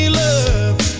love